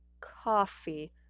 Coffee